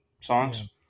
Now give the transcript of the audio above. songs